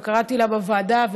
גם קראתי לה בוועדה,